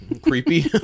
Creepy